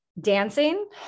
Dancing